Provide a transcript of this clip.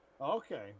Okay